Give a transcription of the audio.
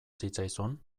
zitzaizun